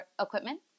equipment